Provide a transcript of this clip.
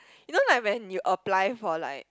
you know like when you apply for like